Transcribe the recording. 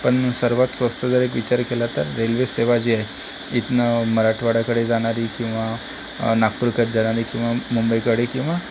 पण सर्वात स्वस्त जर एक विचार केला तर रेल्वे सेवा जी आहे इथनं मराठवाड्याकडे जाणारी किंवा नागपूरकडे जाणारी किंवा मुंबईकडे किंवा